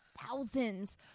thousands